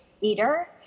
eater